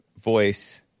voice